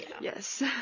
Yes